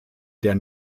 der